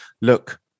look